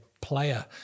player